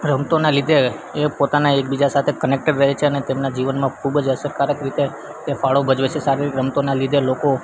રમતોના લીધે એ પોતાના એકબીજા સાથે કનેક્ટેડ રહે છે અને તેમના જીવનમાં ખૂબ જ અસરકારક રીતે ફાળો ભજવે છે શારીરિક રમતોના લીધે લોકો